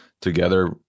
together